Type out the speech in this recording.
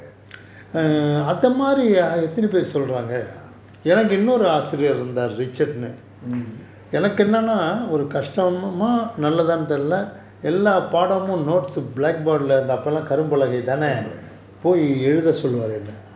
ya mm கரும்பலகையா:karumpalakaiya